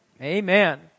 Amen